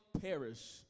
perish